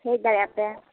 ᱦᱮᱡ ᱫᱟᱲᱮᱜᱼᱟ ᱯᱮ